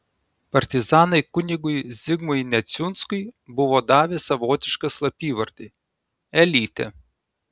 partizanai kunigui zigmui neciunskui buvo davę savotišką slapyvardį elytė